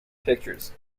pictures